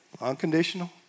unconditional